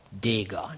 Dagon